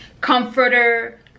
comforter